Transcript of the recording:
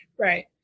Right